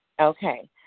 Okay